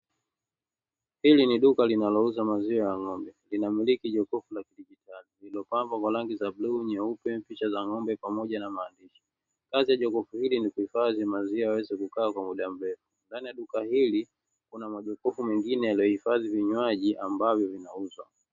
Hili ni duka linalouza maziwa ya ng'ombe linamiliki jokofu la kidigitali lililopambwa kwa rangi za bluu, nyeupe, picha za ng'ombe pamoja na maandishi, kazi ya jokofu hili ni kuhifadhi maziwa yaweze kukaa kwa mda mrefu, ndani ya duka hili kuna majokofu mengine yanayohifadhi vinywaji ambavyo vinauzwa.